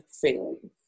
failing